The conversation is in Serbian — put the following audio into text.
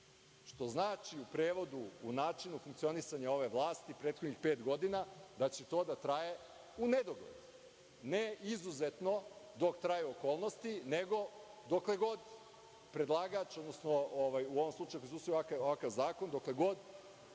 što znači u prevodu, u načinu funkcionisanja ove vlasti prethodnih pet godina, da će to da traje unedogled, ne izuzetno, dok traju okolnosti, nego dokle god predlagač, odnosno u ovom slučaju, ako se usvoji ovakav zakon, dokle god